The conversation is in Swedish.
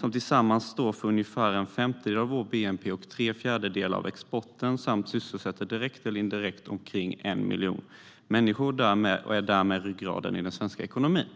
som tillsammans står för ungefär en femtedel av vår bnp och tre fjärdedelar av exporten samtidigt som den direkt eller indirekt sysselsätter omkring 1 miljon personer. Därmed är handeln ryggraden i den svenska ekonomin.